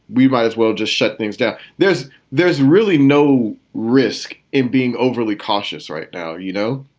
we might as well just shut things down. there's there's really no risk in being overly cautious right now you know,